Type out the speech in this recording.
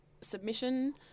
submission